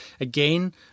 Again